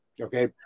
Okay